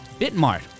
Bitmart